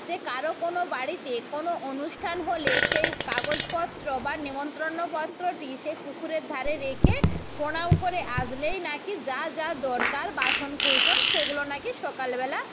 যে কারো কোনো বাড়িতে কোনো অনুষ্ঠান হলে সেই কাগজপত্র বা নিমন্ত্রণ পত্রটি সেই পুকুরের ধারে রেখে প্রণাম করে আসলেই নাকি যা যা দরকার বাসন কোসন সেগুলো নাকি সকালবেলা